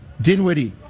Dinwiddie